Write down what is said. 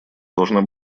должна